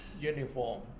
uniform